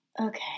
Okay